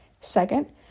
Second